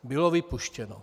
Bylo vypuštěno.